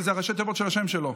כי אלה ראשי תיבות של השם שלו.